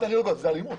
זאת אלימות.